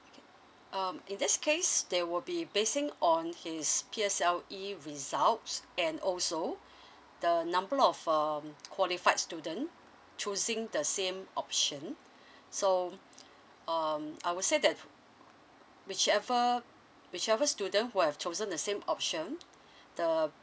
okay um in this case they will be basing on his P_S_L_E results and also the number of um qualified student choosing the same option so um I would say that whichever whichever student who have chosen the same option the